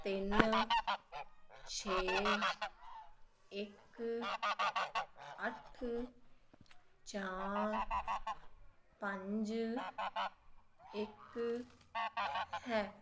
ਤਿੰਨ ਛੇ ਇੱਕ ਅੱਠ ਚਾਰ ਪੰਜ ਇੱਕ ਹੈ